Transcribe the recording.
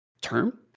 term